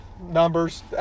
numbers